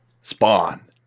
Spawn